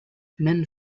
men